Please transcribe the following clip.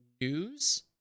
news